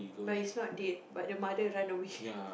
but it's not dead but the Mother run away